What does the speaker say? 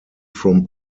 from